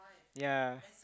yea